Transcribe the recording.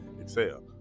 excel